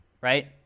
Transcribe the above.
Right